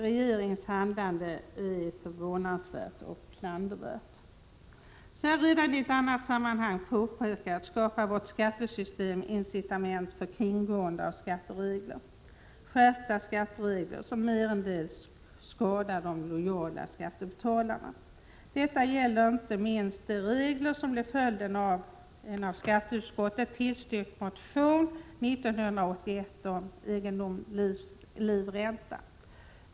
Regeringens handlande är förvånansvärt och klandervärt. Som jag redan i annat sammanhang påpekat skapar vårt skattesystem incitament för kringgående av skatteregler. Skärpta skatteregler skadar merendels de lojala skattebetalarna. Detta gäller inte minst de regler som blev följden av en av skatteutskottet tillstyrkt motion 1981 om egendomslivränta.